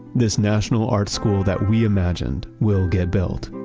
this national arts school that we imagined will get built.